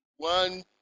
One